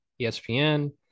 ESPN